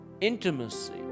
intimacy